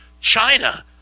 China